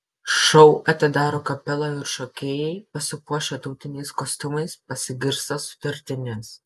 šou atidaro kapela ir šokėjai pasipuošę tautiniais kostiumais pasigirsta sutartinės